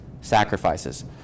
sacrifices